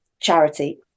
charity